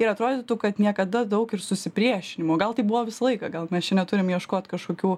ir atrodytų kad niekada daug ir susipriešinimo o gal tai buvo visą laiką gal mes čia neturim ieškot kažkokių